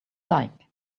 like